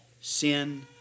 Sin